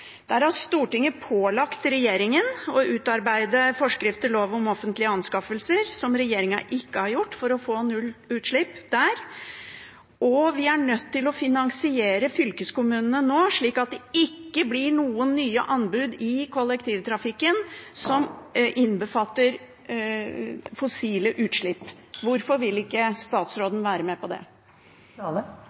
der. Vi er nå nødt til å finansiere fylkeskommunene slik at det ikke blir noen nye anbud i kollektivtrafikken som innbefatter fossile utslipp. Hvorfor vil ikke statsråden være med på det?